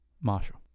Marshall